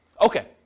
Okay